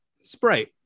Sprite